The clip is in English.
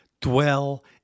dwell